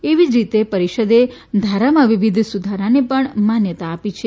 એવી જ રીતે પરિષદે ધારામાં વિવિધ સુધારાને પણ માન્યતા આપી છે